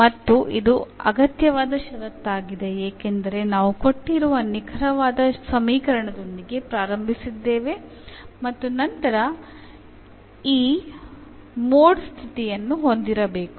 ಮತ್ತು ಇದು ಅಗತ್ಯವಾದ ಷರತ್ತಾಗಿದೆ ಏಕೆಂದರೆ ನಾವು ಕೊಟ್ಟಿರುವ ನಿಖರವಾದ ಸಮೀಕರಣದೊಂದಿಗೆ ಪ್ರಾರಂಭಿಸಿದ್ದೇವೆ ಮತ್ತು ನಂತರ ಈ ಮೋಡ್ ಸ್ಥಿತಿಯನ್ನು ಹೊಂದಿರಬೇಕು